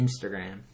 Instagram